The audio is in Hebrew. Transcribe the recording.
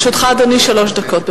לרשותך, אדוני, שלוש דקות.